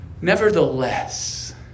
Nevertheless